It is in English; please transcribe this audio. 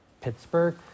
Pittsburgh